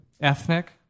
ethnic